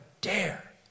dare